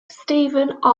stephen